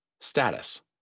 status